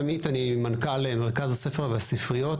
אני מנכ"ל מרכז הספר והספריות,